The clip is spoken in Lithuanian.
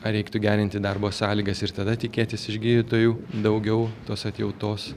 ar reiktų gerinti darbo sąlygas ir tada tikėtis iš gydytojų daugiau tos atjautos